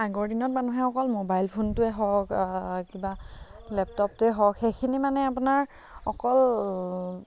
আগৰ দিনত মানুহে অকল মোবাইল ফোনটোৱে হওক কিবা লেপটপটোৱে হওক সেইখিনি মানে আপোনাৰ অকল